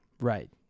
Right